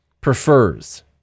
prefers